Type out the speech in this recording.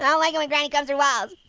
so like it when granny comes through walls.